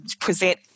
present